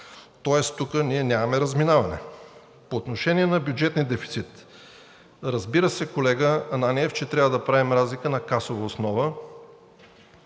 тоест тук ние нямаме разминаване. По отношение на бюджетния дефицит. Разбира се, колега Ананиев, че трябва да правим разлика на касова основа,